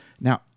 Now